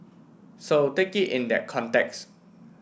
so take it in that context